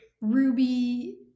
Ruby